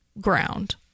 ground